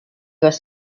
was